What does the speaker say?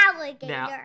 alligator